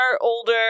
older